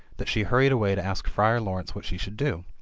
that she hurried away to ask friar laurence what she should do.